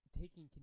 Taking